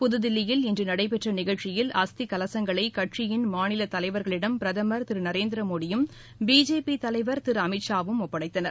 புதுதில்லியில் இன்று நடைபெற்ற நிகழ்ச்சியில் அஸ்தி கலசங்களை கட்சியின் மாநில தலைவர்களிடம் பிரதமர் திரு நரேந்திரமோடியும் பிஜேபி தலைவர் திரு அமித்ஷாவும் ஒப்படைத்தனர்